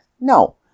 no